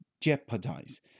Jeopardize